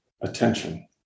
attention